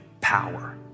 power